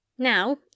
Now